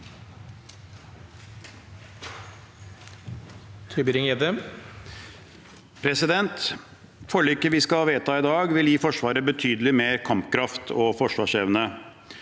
Forli- ket vi skal vedta i dag, vil gi Forsvaret betydelig mer kampkraft og forsvarsevne.